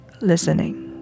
listening